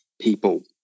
people